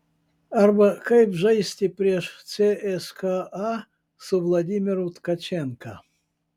arba kaip žaisti prieš cska su vladimiru tkačenka